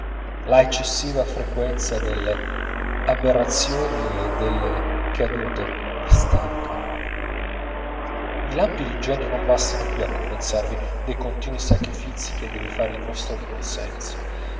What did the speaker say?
la eccessiva frequenza delle aberrazioni e delle cadute vi stanca i lampi di genio non bastano più a compensarvi dei continui sacrifizii che deve fare il vostro